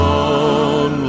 on